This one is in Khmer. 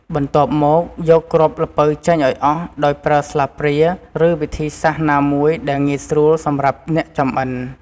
បន្ទាប់មក យកគ្រាប់ល្ពៅចេញឱ្យអស់ដោយប្រើស្លាបព្រា ឬវិធីសាស្ត្រណាមួយដែលងាយស្រួលសម្រាប់អ្នកចំអិន។